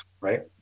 right